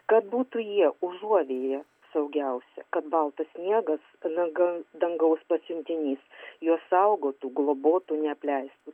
kad būtų jį užuovėja saugiausia kad baltas sniegasdang dangaus pasiuntinys juos saugotų globotų neapleistų